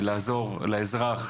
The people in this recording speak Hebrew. לעזור לאזרח,